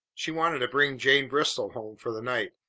she wanted to bring jane bristol home for the night,